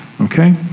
okay